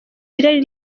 irari